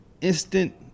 instant